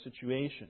situation